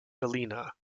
galena